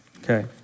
Okay